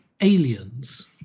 aliens